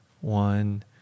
one